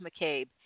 McCabe